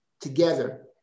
together